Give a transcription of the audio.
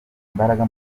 imbaraga